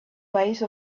base